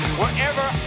wherever